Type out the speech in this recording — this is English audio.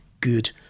good